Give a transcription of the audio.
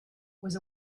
was